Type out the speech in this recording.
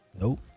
Nope